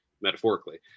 Metaphorically